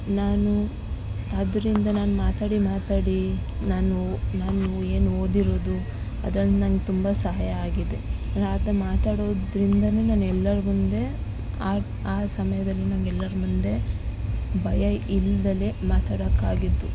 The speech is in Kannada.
ನಾನು ಅದರಿಂದ ನಾನು ಮಾತಾಡಿ ಮಾತಾಡಿ ನಾನು ನಾನು ಏನು ಓದಿರೋದು ಅದ್ರಲ್ಲಿ ನಂಗೆ ತುಂಬ ಸಹಾಯ ಆಗಿದೆ ಮಾತಾಡೊದ್ರಿಂದ ನಾನು ಎಲ್ಲರ ಮುಂದೆ ಆ ಆ ಸಮಯದಲ್ಲಿ ನಂಗೆಲ್ಲರ ಮುಂದೆ ಭಯ ಇಲ್ದಲೆ ಮಾತಾಡೋಕಾಗಿದ್ದು